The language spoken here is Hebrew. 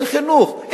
אין חינוך,